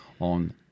on